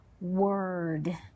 word